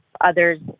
others